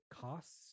costs